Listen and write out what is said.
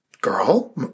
Girl